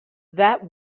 that